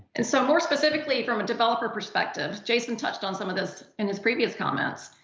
and so more specifically, from a developer perspective, jason touched on some of this in his previous comments.